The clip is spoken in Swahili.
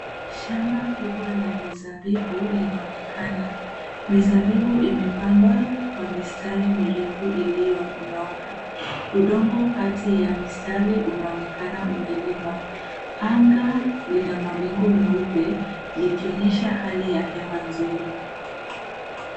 Shamba kubwa la mizabibu linaonekana. Mizabibu imepandwa kwa mistari mirefu ilinyooka. Udongo kati ya mistari unaonekana umelimwa. Anga lina mawingu meupe likionyesha hali ya hewa nzuri.